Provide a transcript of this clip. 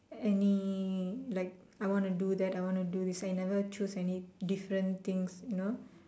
any like I wanna do that I wanna do this I never choose any different things you know